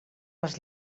les